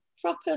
proper